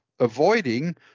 avoiding